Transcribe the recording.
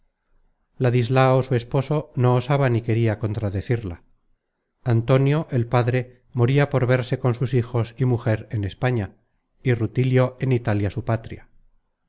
ladislao su esposo no osaba ni queria contradecirla antonio el padre moria por verse con sus hijos y mujer en españa y rutilio en italia su patria